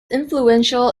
influential